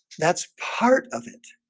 that's part of it